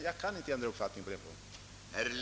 Jag kan inte ändra uppfattning på den punkten.